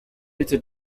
bitte